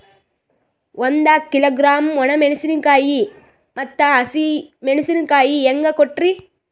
ಒಂದ ಕಿಲೋಗ್ರಾಂ, ಒಣ ಮೇಣಶೀಕಾಯಿ ಮತ್ತ ಹಸಿ ಮೇಣಶೀಕಾಯಿ ಹೆಂಗ ಕೊಟ್ರಿ?